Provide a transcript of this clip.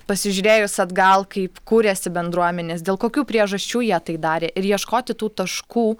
pasižiūrėjus atgal kaip kūrėsi bendruomenės dėl kokių priežasčių jie tai darė ir ieškoti tų taškų